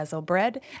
bread